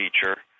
feature